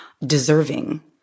deserving